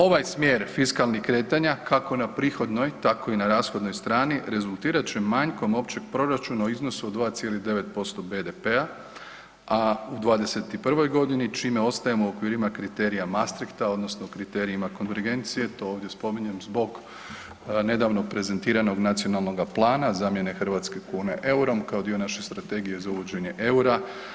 Ovaj smjer fiskalnih kretanja kako na prihodnoj tako i na rashodnoj strani rezultirat će manjkom općeg proračuna u iznosu od 2,9% BDP-a, a u '21. godini čime ostajemo u okvirima kriterija Maastrichta odnosno kriterijima konvergencije, to ovdje spominjem zbog nedavno prezentiranog nacionalnoga plana zamjene hrvatske kune eurom kao dio naše Strategije za uvođenje eura.